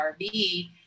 RV